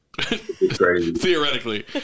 Theoretically